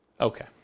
Okay